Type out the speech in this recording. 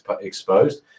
Exposed